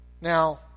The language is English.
Now